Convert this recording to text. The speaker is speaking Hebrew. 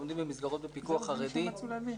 לומדות במסגרות בפיקוח חרדי.